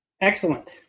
Excellent